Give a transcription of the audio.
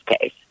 case